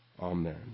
Amen